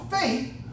faith